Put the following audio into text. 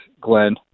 Glenn